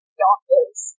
doctors